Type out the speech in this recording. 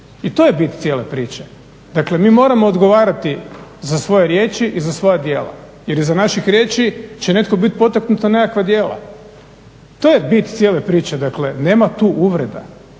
I to je bit cijele priče. Dakle, mi moramo odgovarati za svoje riječi i za svoja djela jer iza naših riječi će netko biti potaknut na nekakva djela. To je bit cijele priče. Dakle, nema tu uvreda.